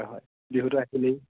হয় হয় বিহুটো আহিলেই